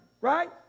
right